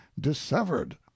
dissevered